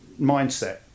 mindset